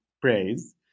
praise